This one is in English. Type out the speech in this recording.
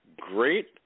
great